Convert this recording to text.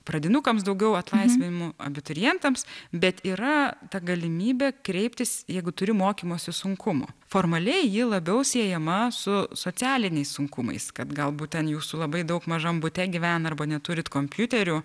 pradinukams daugiau atlaisvinimų abiturientams bet yra ta galimybė kreiptis jeigu turi mokymosi sunkumų formaliai ji labiau siejama su socialiniais sunkumais kad galbūt ten jūsų labai daug mažam bute gyvena arba neturit kompiuterių